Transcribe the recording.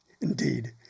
Indeed